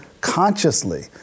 consciously